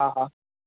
हा हा